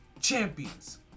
Champions